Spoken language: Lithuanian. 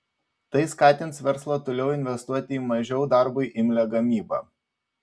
tai skatins verslą toliau investuoti į mažiau darbui imlią gamybą